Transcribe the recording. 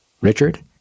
Richard